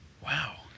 Wow